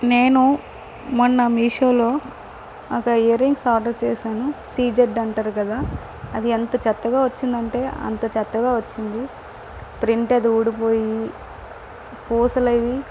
నేను మొన్న మీషోలో ఒక ఇయర్ రింగ్స్ ఆర్డర్ చేశాను సిజెడ్ అంటారు కదా అది ఎంత చెత్తగా వచ్చిందంటే అంత చెత్తగా వచ్చింది ప్రింట్ అది ఊడిపోయి పూసలవి